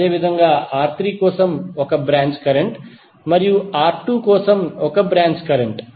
అదేవిధంగా R3 కోసం ఒక బ్రాంచ్ కరెంట్ మరియు R2 కోసం ఒక బ్రాంచ్ కరెంట్